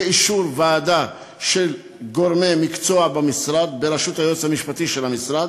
באישור ועדה של גורמי מקצוע במשרד בראשות היועץ המשפטי של המשרד,